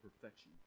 perfection